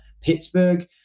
Pittsburgh